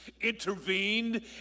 intervened